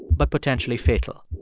but potentially fatal.